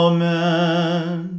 Amen